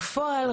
בפועל,